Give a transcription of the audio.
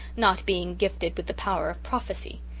not being gifted with the power of prophecy.